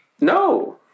No